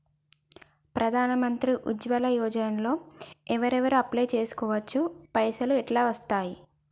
ప్రధాన మంత్రి ఉజ్వల్ యోజన లో ఎవరెవరు అప్లయ్ చేస్కోవచ్చు? పైసల్ ఎట్లస్తయి?